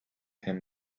him